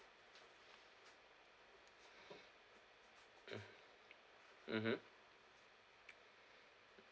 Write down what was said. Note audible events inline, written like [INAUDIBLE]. [BREATH] [NOISE] mmhmm